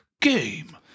game